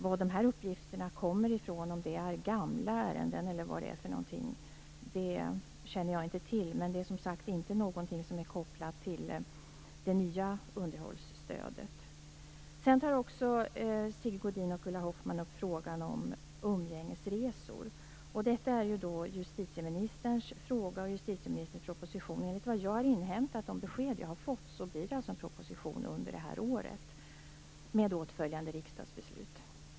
Var de här uppgifterna kommer ifrån - om de gäller gamla ärenden eller vad det är - känner jag inte till, men det är alltså inte någonting som är kopplat till det nya underhållsstödet. Sigge Godin och Ulla Hoffmann tar också upp frågan om umgängesresor. Detta är justitieministerns fråga och justitieministerns proposition. Enligt vad jag har inhämtat och de besked jag har fått blir det en proposition under det här året med åtföljande riksdagsbeslut.